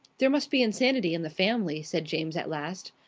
there must be insanity in the family, said james at last.